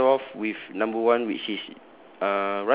we started off with number one which is